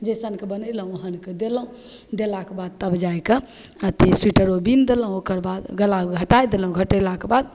जइसनके बनेलहुँ ओहनके देलहुँ देलाके बाद तब जाके अथी सोइटरो बिनि देलहुँ ओकरबाद गला घटै देलहुँ घटेलाके बाद